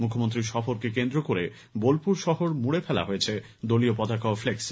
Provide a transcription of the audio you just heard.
মুখ্যমন্ত্রীর সফরকে কেন্দ্র করে বোলপুর শহর মুড়ে ফেলা হয়েছে দলীয় পতাকা ও ফ্লেক্স